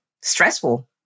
stressful